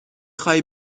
خوای